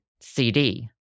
CD